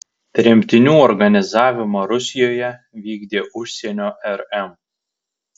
tremtinių organizavimą rusijoje vykdė užsienio rm